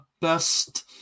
Best